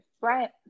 Right